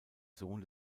sohn